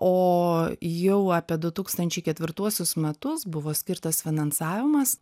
o jau apie du tūkstančiai ketvirtuosius metus buvo skirtas finansavimas